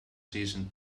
seasoned